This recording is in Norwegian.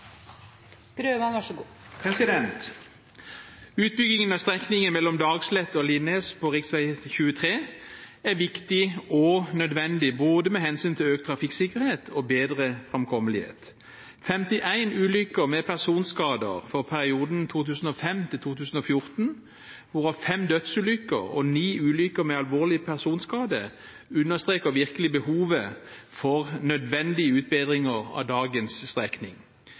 viktig og nødvendig med hensyn til både økt trafikksikkerhet og bedre framkommelighet. 51 ulykker med personskader for perioden 2005–2014, hvorav fem dødsulykker og ni ulykker med alvorlig personskade, understreker virkelig behovet for nødvendige utbedringer av dagens strekning.